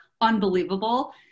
unbelievable